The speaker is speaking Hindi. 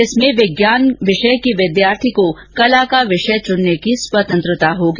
इसमें विज्ञान के विषय के विद्यार्थी को कला का विषय चुनने की स्वतंत्रता होगी